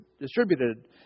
distributed